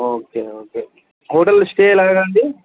okay okay హోటల్లో stay ఎలాగండీ